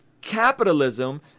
capitalism